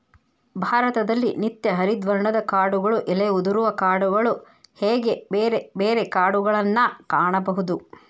ಭಾರತದಲ್ಲಿ ನಿತ್ಯ ಹರಿದ್ವರ್ಣದ ಕಾಡುಗಳು ಎಲೆ ಉದುರುವ ಕಾಡುಗಳು ಹೇಗೆ ಬೇರೆ ಬೇರೆ ಕಾಡುಗಳನ್ನಾ ಕಾಣಬಹುದು